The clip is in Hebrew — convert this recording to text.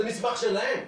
זה מסמך שלהם.